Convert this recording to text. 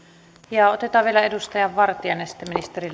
otetaan vielä edustaja vartiainen ja sitten ministeri